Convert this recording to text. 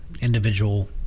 individual